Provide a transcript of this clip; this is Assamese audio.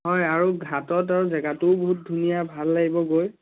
হয় আৰু ঘাটত আৰু জেগাটোও বহুত ধুনীয়া ভাল লাগিব গৈ